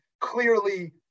Clearly